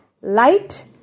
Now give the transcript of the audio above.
Light